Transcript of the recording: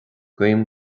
guím